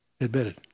admitted